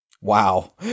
Wow